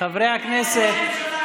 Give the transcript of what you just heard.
חברי הכנסת,